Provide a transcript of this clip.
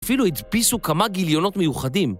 אפילו הדפיסו כמה גיליונות מיוחדים.